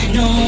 no